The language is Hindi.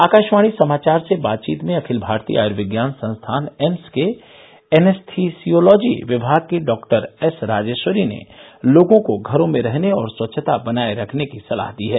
आकाशवाणी समाचार से बातचीत में अखिल भारतीय आयुर्विज्ञान संस्थान एम्स के एनेस्थिसिर्यालॉजी विमाग की डॉ एस राजेश्वरी ने लोगों को घरों में रहने और स्वच्छता बनाए रखने की सलाह दी है